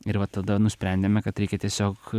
ir va tada nusprendėme kad reikia tiesiog